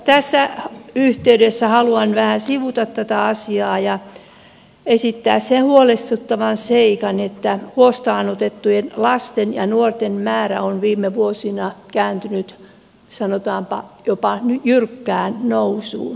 tässä yhteydessä haluan vähän sivuta tätä asiaa ja esittää sen huolestuttavan seikan että huostaanotettujen lasten ja nuorten määrä on viime vuosina kääntynyt sanotaanpa jopa jyrkkään nousuun